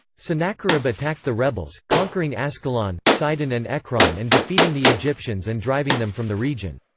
sennacherib attacked the rebels, conquering ascalon, sidon and ekron and defeating the egyptians and driving them from the region.